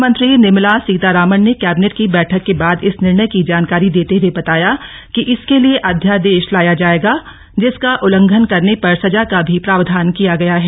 वित्त मंत्री निर्मला सीतारमण ने कैबिनेट की बैठक के बाद इस निर्णय की जानकारी देते हुए बताया कि इसके लिए अध्यादेश लाया जायेगा जिसका उल्लंघन करने पर सजा का भी प्रावधान किया गया है